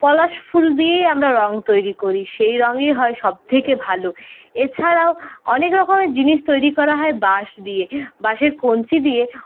পলাশ ফুল দিয়েই আমরা রঙ তৈরি করি সেই রঙেই হয় সব থেকে ভালো এছাড়াও অনেক রকমের জিনিস তৈরি করা হয় বাঁশ দিয়ে বাঁশের কঞ্চি দিয়ে